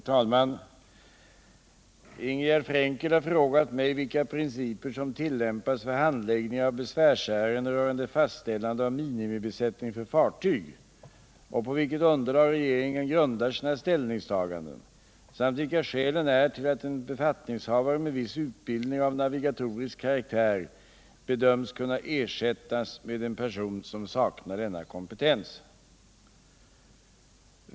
124, och anförde: Herr talman! Ingegärd Frenket har frågat mig vilka principer som tillämpas vid handläggning av besvärsärenden rörande fastställande av minimibesättning för fartyg och på vilket underlag regeringen grundar sina ställningstaganden samt vilka skälen är till att en befattningshavare med viss utbildning av navigatorisk karaktär bedöms kunna ersättas med en person som saknar denna kompetens.